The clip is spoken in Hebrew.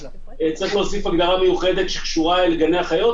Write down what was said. צריך להוסיף הגדרה מיוחדת שקשורה אל גני החיות,